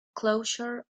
closure